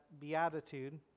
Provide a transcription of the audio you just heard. beatitude